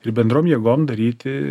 ir bendrom jėgom daryti